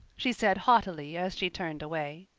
she said haughtily as she turned away.